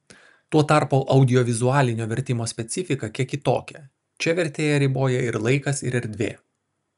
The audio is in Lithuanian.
tuo tarpu audiovizualinio vertimo specifika kiek kitokia čia vertėją riboja ir laikas ir erdvė